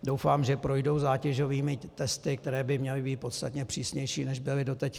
Doufám, že projdou zátěžovými testy, které by měly být podstatně přísnější, než byly doteď.